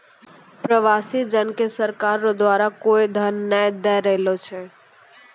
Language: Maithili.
प्रवासी जन के सरकार रो द्वारा कोय ध्यान नै दैय रहलो छै